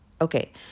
Okay